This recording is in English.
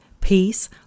peace